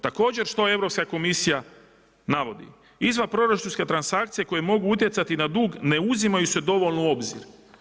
Također što Europska komisija navodi, izvanproračunske transakcije koje mogu utjecati na dug ne uzimaju se dovoljno u obzir.